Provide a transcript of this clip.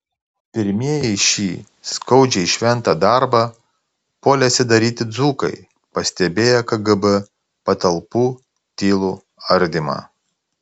pirmieji šį skaudžiai šventą darbą puolėsi daryti dzūkai pastebėję kgb patalpų tylų ardymą